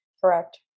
Correct